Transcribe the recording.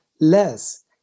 less